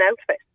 outfit